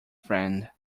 friend